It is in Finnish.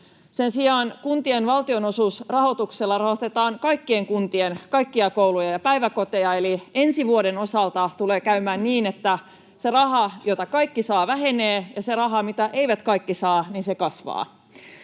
Sen sijaan kuntien valtionosuusrahoituksella rahoitetaan kaikkien kuntien kaikkia kouluja ja päiväkoteja, eli ensi vuoden osalta tulee käymään niin, että se raha, jota kaikki saavat, vähenee, ja se raha, mitä eivät kaikki saa, kasvaa.